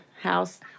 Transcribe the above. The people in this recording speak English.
house